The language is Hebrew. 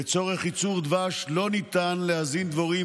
לצורך ייצור דבש לא ניתן להזין דבורים